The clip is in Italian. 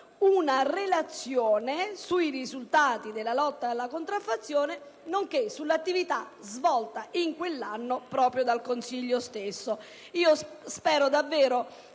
una relazione sui risultati della lotta alla contraffazione nonché sull'attività svolta in quell'anno dal Consiglio stesso. Auspico davvero